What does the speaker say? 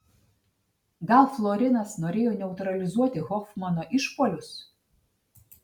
gal florinas norėjo neutralizuoti hofmano išpuolius